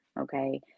Okay